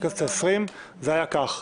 בכנסת העשרים זה היה כך.